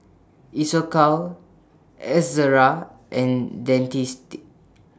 Isocal Ezerra and Dentiste